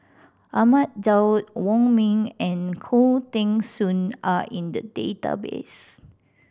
Ahmad Daud Wong Ming and Khoo Teng Soon are in the database